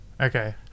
Okay